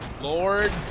Lord